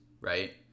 right